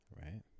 Right